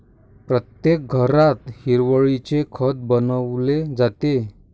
प्रत्येक घरात हिरवळीचे खत बनवले जाते